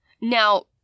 Now